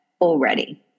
already